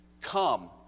Come